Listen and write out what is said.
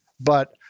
But-